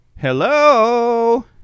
Hello